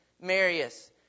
Marius